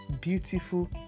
beautiful